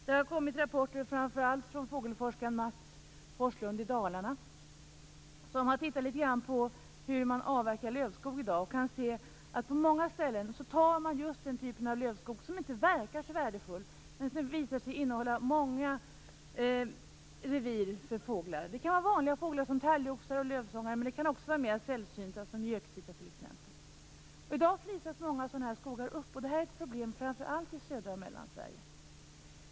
Det har kommit sådana rapporter, framför allt från fågelforskaren Mats Forslund i Dalarna. Han har tittat närmare på hur man avverkar lövskog i dag och sett att man på många ställen tar just den typ av lövskog som inte verkar så värdefull men som visar sig innehålla många revir för fåglar. Det kan vara vanliga fåglar som talgoxe och lövsångare, men det kan också vara mer sällsynta som t.ex. göktyta. I dag flisas många sådana här skogar upp. Det här är ett problem i framför allt södra och mellersta Sverige.